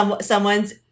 someone's